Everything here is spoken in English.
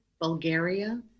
Bulgaria